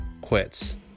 quits